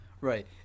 Right